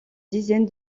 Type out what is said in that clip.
dizaine